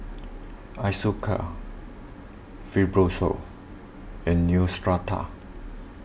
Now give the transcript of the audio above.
Isocal Fibrosol and Neostrata